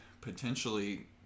potentially